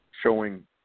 showing